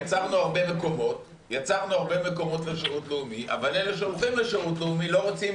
יצרנו הרבה מקומות לשירות לאומי אבל אלה שהולכים לשירות לאומי לא רוצים